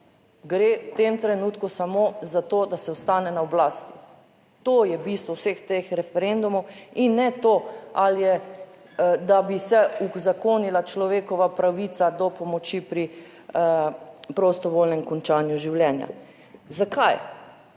gre v tem trenutku samo za to, da se ostane na oblasti. To je bistvo vseh teh referendumov in ne to, ali je da bi se uzakonila človekova pravica do pomoči pri prostovoljnem končanju življenja. Zakaj?